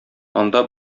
анда